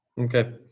Okay